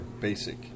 basic